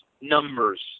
numbers